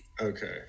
okay